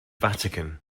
vatican